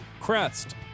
Crest